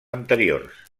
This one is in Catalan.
anteriors